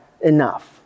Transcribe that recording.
enough